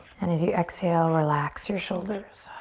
and as you exhale, relax your shoulders.